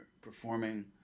performing